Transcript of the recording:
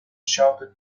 shouted